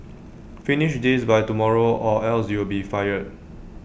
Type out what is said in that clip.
finish this by tomorrow or else you'll be fired